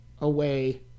away